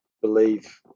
believe